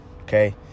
okay